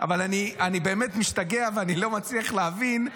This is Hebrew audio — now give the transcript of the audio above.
אבל אני באמת משתגע ואני לא מצליח להבין,